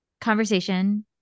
conversation